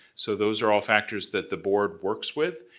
so those are all factors that the board works with,